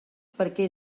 perquè